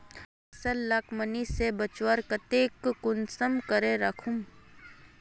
फसल लाक नमी से बचवार केते कुंसम करे राखुम?